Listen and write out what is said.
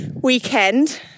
Weekend